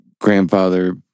grandfather